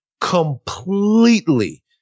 Completely